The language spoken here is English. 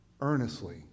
earnestly